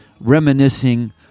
reminiscing